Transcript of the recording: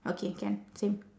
okay can same